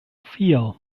vier